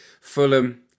Fulham